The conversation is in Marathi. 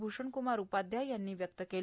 भूषणकूमार उपाध्याय यांनी व्यक्त केलं